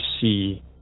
see